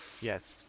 yes